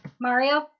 Mario